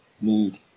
need